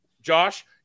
Josh